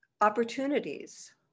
opportunities